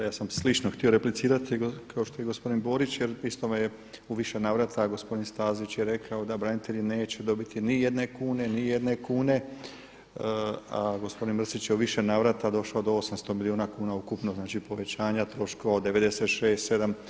Ja sam slično htio replicirati kao što je i gospodin Borić, jer isto me je u više navrata gospodin Stazić je rekao da branitelji neće dobiti ni jedne kune, a gospodin Mrsić je u više navrata došao do 800 milijuna kuna ukupno, znači povećanja troškova od 96, sedam.